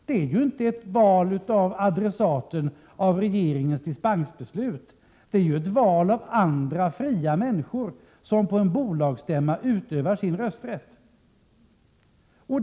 Det är juinte ett val av adressaten när det gäller regeringens dispensbeslut, utan det är ett val av andra fria människor, som på en bolagsstämma utövar sin rösträtt.